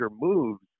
moves